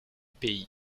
pays